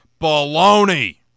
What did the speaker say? baloney